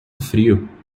frio